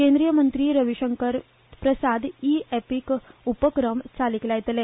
केंद्रीय मंत्री रवी शंकर प्रसाद इ अँपिक उपक्रम चालीक लायतले